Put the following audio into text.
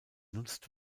nutzt